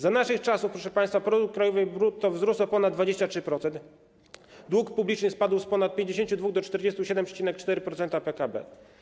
Za naszych czasów, proszę państwa, produkt krajowy brutto wzrósł o ponad 23%, dług publiczny spadł z ponad 52% do 47,4% PKB.